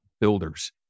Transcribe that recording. builders